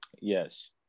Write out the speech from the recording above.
Yes